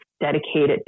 dedicated